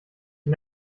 die